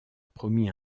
promis